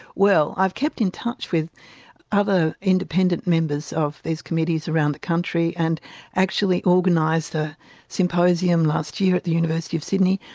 well i've kept in touch with other independent members of these committees around the country and actually organised a symposium last year at the university of sydney,